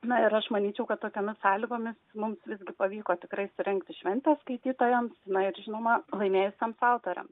na ir aš manyčiau kad tokiomis sąlygomis mums visgi pavyko tikrai surengti šventę skaitytojams na ir žinoma laimėjusiems autoriams